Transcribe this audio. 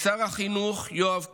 לשר החינוך יואב קיש,